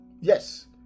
Yes